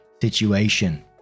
situation